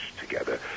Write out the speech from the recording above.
together